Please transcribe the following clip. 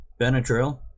Benadryl